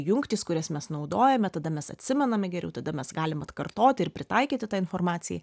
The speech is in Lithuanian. jungtys kurias mes naudojame tada mes atsimename geriau tada mes galim atkartoti ir pritaikyti tą informaciją